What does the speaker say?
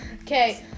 Okay